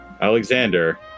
Alexander